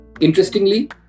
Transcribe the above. Interestingly